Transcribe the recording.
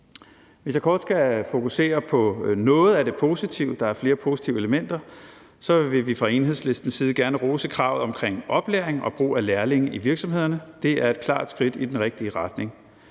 Hvis jeg kort skal fokusere på noget af det positive – der er flere positive elementer – vil vi fra Enhedslistens side gerne rose kravet om oplæring og brug af lærlinge i virksomhederne. Det er klart et skridt i den rigtige retning.